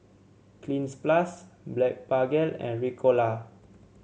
Cleanz Plus Blephagel and Ricola